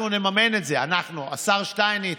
אנחנו נממן את זה, השר שטייניץ,